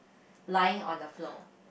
lying on the floor